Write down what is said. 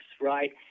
right